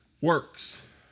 Works